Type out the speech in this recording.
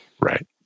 Right